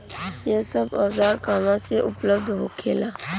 यह सब औजार कहवा से उपलब्ध होखेला?